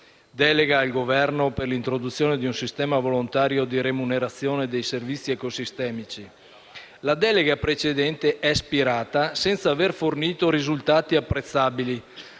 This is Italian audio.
«Delega al Governo per l'introduzione di un sistema volontario di remunerazione dei servizi ecosistemici». La delega precedente è spirata senza aver fornito risultati apprezzabili;